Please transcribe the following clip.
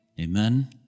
Amen